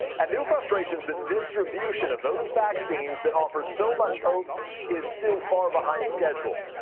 and new frustrations that distribution of those vaccines that offer so much hope is still far behind schedule.